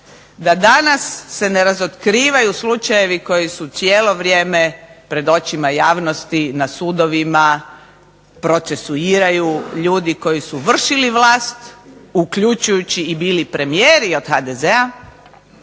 Da danas se ne razotkrivaju slučajevi koji su cijelo vrijeme pred očima javnosti na sudovima, procesuiraju ljudi koji su vršili vlast, uključujući i bili premijeri od HDZ-a,